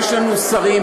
יש לנו שרים,